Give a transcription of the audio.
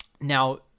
Now